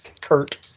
Kurt